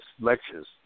lectures